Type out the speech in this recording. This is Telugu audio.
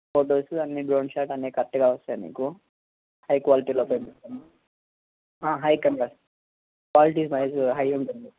ఫొటోసు అన్నీ డ్రోన్ షాట్ అన్నీ కరెక్ట్గా వస్తాయ్ మీకు హై క్వాలిటీలో పెట్టి తీస్తాం high camera quality wise high ఉంటుంది